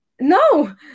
No